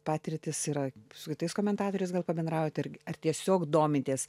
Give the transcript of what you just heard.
patirtis yra su kitais komentatoriais gal pabendraujat ir ar tiesiog domitės